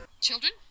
Children